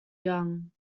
young